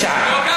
הוא צודק.